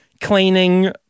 cleaning